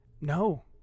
No